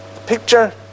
picture